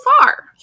far